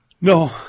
No